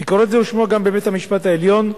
ביקורת זו הושמעה גם בבית-המשפט העליון,